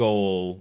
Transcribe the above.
Goal